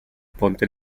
ponte